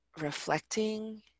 Reflecting